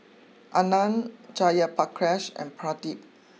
Anand Jayaprakash and Pradip